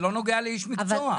זה לא נוגע לאיש מקצוע.